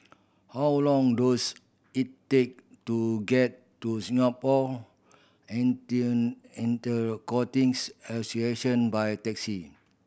how long dose it take to get to Singapore Association by taxi